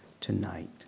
tonight